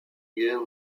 guerre